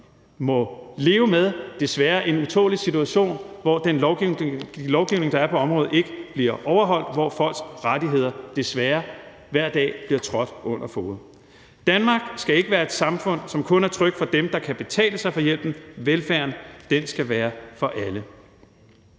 må leve med en utålelig situation, hvor den lovgivning, der er på området, ikke bliver overholdt, og hvor folks rettigheder desværre hver dag bliver trådt under fode. Danmark skal ikke være et samfund, som kun er trygt for dem, der kan betale sig til hjælpen – velfærden skal være for alle.